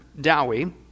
Dowie